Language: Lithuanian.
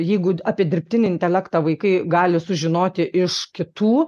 jeigu apie dirbtinį intelektą vaikai gali sužinoti iš kitų